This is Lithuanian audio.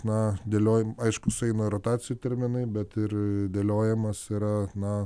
na dėliojam aišku sueina rotacijų terminai bet ir dėliojamas yra na